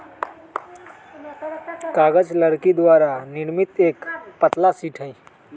कागज लकड़ी द्वारा निर्मित एक पतला शीट हई